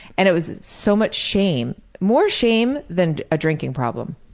and it was so much shame. more shame than a drinking problem.